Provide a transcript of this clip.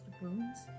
wounds